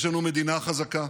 יש לנו מדינה חזקה,